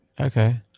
Okay